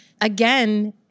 again